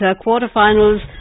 quarter-finals